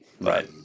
Right